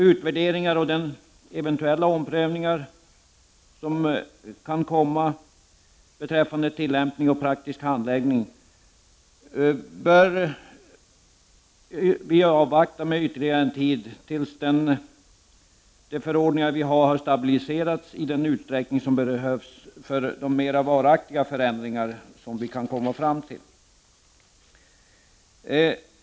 Utvärderingar och eventuella omprövningar av lagens tillämpning och praktiska handläggning bör vi avvakta med ytterligare en tid, tills de förordningar som gäller har stabiliserats i den utsträckning som behövs för mera varaktiga förändringar.